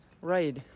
right